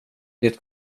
det